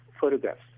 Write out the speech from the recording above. photographs